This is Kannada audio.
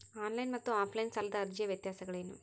ಆನ್ ಲೈನ್ ಮತ್ತು ಆಫ್ ಲೈನ್ ಸಾಲದ ಅರ್ಜಿಯ ವ್ಯತ್ಯಾಸಗಳೇನು?